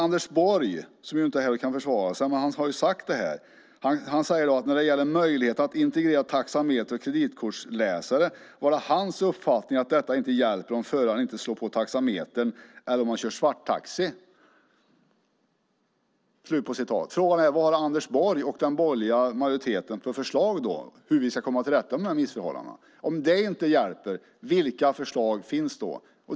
Anders Borg, som inte är här och kan försvara sig, har sagt att när det gäller möjligheter att integrera taxameter och kreditkortsläsare var det hans uppfattning att detta inte hjälper om föraren inte slår på taxametern eller om han kör svarttaxi. Frågan är vilka förslag Anders Borg och den borgerliga majoriteten har på hur vi ska komma till rätta med de här missförhållandena. Om detta inte hjälper, vilka förslag finns då?